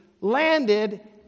landed